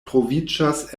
troviĝas